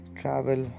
travel